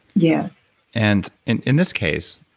yeah and in in this case,